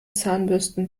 zahnbürsten